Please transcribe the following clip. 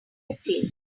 quickly